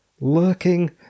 lurking